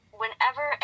whenever